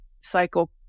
cycle